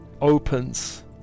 opens